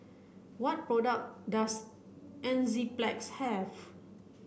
what product does Enzyplex have